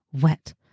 Wet